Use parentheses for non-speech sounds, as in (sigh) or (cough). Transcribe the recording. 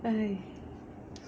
(noise)